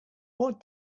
what